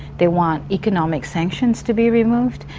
they want economic sanctions to be removed,